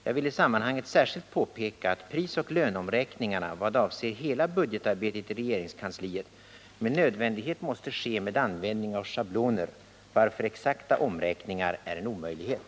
Jag vill i sammanhanget särskilt påpeka att prisoch löneomräkningarna vad avser hela budgetarbetet i regeringskansliet med nödvändighet måste ske med användning av schabloner, varför exakta omräkningar är en omöjlighet.